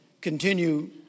continue